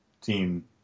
team